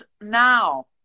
now